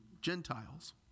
Gentiles